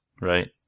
right